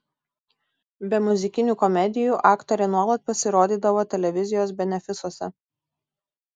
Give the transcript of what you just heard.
be muzikinių komedijų aktorė nuolat pasirodydavo televizijos benefisuose